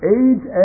age